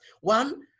One